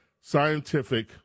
scientific